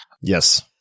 Yes